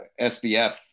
sbf